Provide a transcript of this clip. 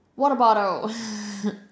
water bottle